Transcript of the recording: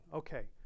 okay